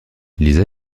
lisa